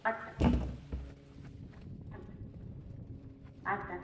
আচ্ছা আচ্ছা আচ্চা